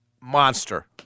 Monster